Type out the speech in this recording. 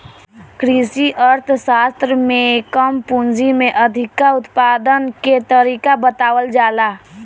कृषि अर्थशास्त्र में कम पूंजी में अधिका उत्पादन के तरीका बतावल जाला